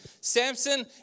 Samson